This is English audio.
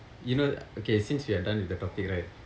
you know okay since we are done with the topic right